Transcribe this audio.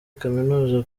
kaminuza